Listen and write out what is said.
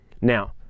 now